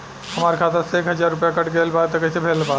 हमार खाता से एक हजार रुपया कट गेल बा त कइसे भेल बा?